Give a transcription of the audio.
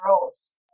roles